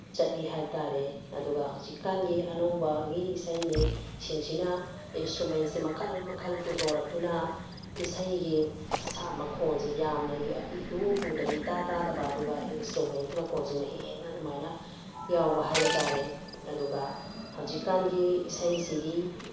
ꯆꯠꯂꯤ ꯍꯥꯏꯕ ꯇꯥꯔꯦ ꯑꯗꯨꯒ ꯍꯧꯖꯤꯛꯀꯥꯟꯒꯤ ꯑꯅꯧꯕꯒꯤ ꯏꯁꯩꯅꯦ ꯁꯤꯡꯁꯤꯅ ꯏꯟꯁꯇ꯭ꯔꯨꯃꯦꯟꯁꯤ ꯃꯈꯜ ꯃꯈꯜ ꯄꯨꯊꯣꯔꯛꯇꯨꯅ ꯏꯁꯩꯒꯤ ꯃꯈꯣꯜꯁꯤ ꯌꯥꯝꯅ ꯏꯎ ꯎꯗꯕ ꯏꯇꯥ ꯇꯥꯗꯕ ꯑꯗꯨꯒ ꯏꯟꯁꯇ꯭ꯔꯨꯃꯦꯟꯒꯤ ꯃꯈꯣꯟꯁꯤꯅ ꯍꯦꯟꯅ ꯑꯗꯨꯃꯥꯏꯅ ꯌꯥꯎꯕ ꯍꯥꯏꯕ ꯇꯥꯔꯦ ꯑꯗꯨꯒ ꯍꯧꯖꯤꯛꯀꯥꯟꯒꯤ ꯏꯁꯩꯁꯤꯗꯤ